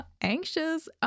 anxious